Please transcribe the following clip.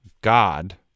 God